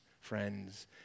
friends